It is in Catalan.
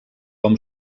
hom